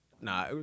Nah